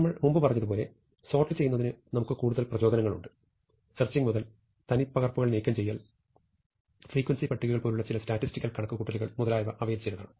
നമ്മൾ മുമ്പ് പറഞ്ഞതുപോലെ സോർട്ട് ചെയ്യൂന്നതിന് നമുക്ക് കൂടുതൽ പ്രചോദനങ്ങൾ ഉണ്ട് സെർച്ചിങ് മുതൽ തനിപ്പകർപ്പുകൾ നീക്കംചെയ്യൽ ഫ്രീക്വൻസി പട്ടികകൾ പോലുള്ള ചില സ്റ്റാറ്റിസ്റ്റിക്കൽ കണക്കുകൂട്ടലുകൾ മുതലായവ അവയിൽ ചിലതാണ്